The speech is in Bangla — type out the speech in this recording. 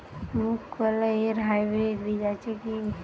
মুগকলাই এর হাইব্রিড বীজ আছে কি?